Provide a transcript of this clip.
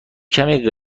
کمی